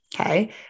okay